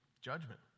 Judgment